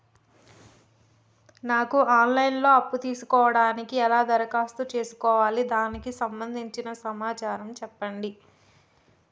నాకు online లో అప్పు తీసుకోవడానికి ఎలా దరఖాస్తు చేసుకోవాలి దానికి సంబంధించిన సమాచారం చెప్పండి?